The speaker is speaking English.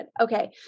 Okay